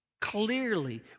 clearly